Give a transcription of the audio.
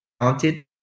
haunted